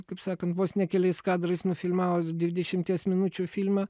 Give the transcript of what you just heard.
kaip sakant vos ne keliais kadrais nufilmavo dvidešimties minučių filmą